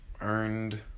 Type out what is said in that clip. Earned